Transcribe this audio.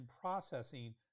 processing